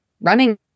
running